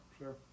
sure